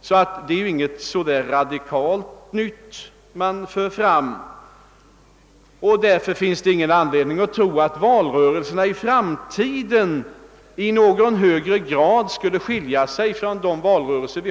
Så det är således inte någonting radikalt nytt och därför finns det inte heller anledning att tro att valrörelserna i framtiden i någon högre grad skulle komma att skilja sig från de nuvarande.